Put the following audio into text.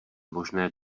možné